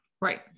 Right